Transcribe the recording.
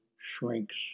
shrinks